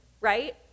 right